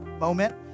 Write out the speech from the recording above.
moment